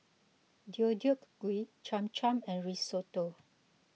Deodeok Gui Cham Cham and Risotto